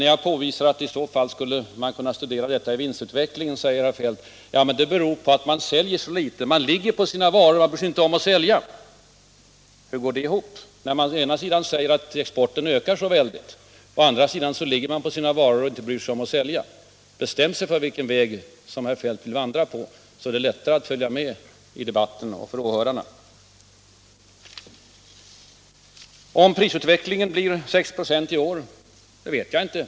När jag framhåller att man i så fall skulle kunna studera detta i vinstutvecklingen, svarar herr Feldt att de svenska företagen på grund av de höga priserna säljer för litet. De ligger på sina varor och bryr sig inte om att sälja. Hur går detta ihop? Å ena sidan säger han att exporten ökar väldigt mycket och å andra sidan att företagen ligger på sina varor och inte bryr sig om att sälja. Om herr Feldt bestämmer sig för vilken väg han vill vandra på, blir det lättare för åhörarna att följa med i debatten. Om prisutvecklingen blir 6 96 i år vet jag inte.